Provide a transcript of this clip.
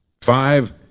Five